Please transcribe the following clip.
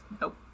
nope